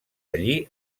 allí